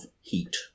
heat